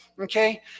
okay